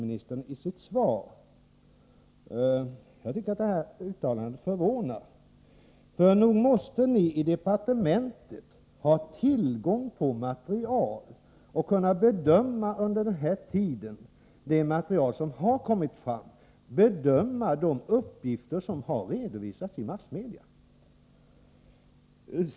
Nog måste väl ni i departementet ha tillgång till material. Under den tid som gått sedan nämnda sammanställning offentliggjorts borde ni ha kunnat göra en bedömning, med utgångspunkt i det material som redan finns och i de uppgifter som redovisats i massmedia.